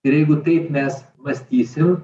ir jeigu taip nes mąstysim